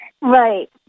Right